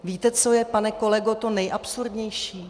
Víte, co je, pane kolego, to nejabsurdnější?